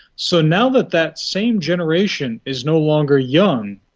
so now that that same generation is no longer young,